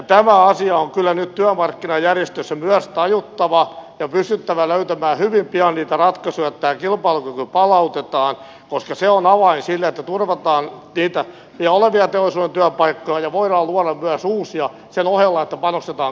tämä asia on kyllä nyt työmarkkinajärjestöissä myös tajuttava ja pystyttävä löytämään hyvin pian niitä ratkaisuja että tämä kilpailukyky palautetaan koska se on avain sille että turvataan niitä jo olevia teollisuuden työpaikkoja ja voidaan luoda myös uusia sen ohella että panostetaan kasvualoille